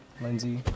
Lindsay